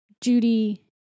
Judy